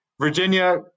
Virginia